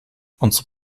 unsere